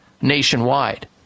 nationwide